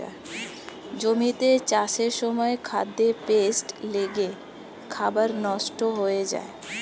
জমিতে চাষের সময় খাদ্যে পেস্ট লেগে খাবার নষ্ট হয়ে যায়